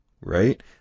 right